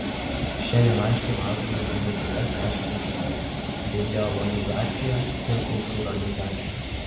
šiandien aiškiai matome negatyvias reiškinio puses deideologizaciją dekultūralizaciją